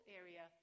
area